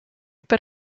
per